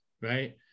right